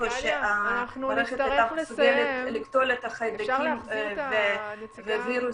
איפה שהמערכת הייתה מסוגלת לקטול את החיידקים והווירוסים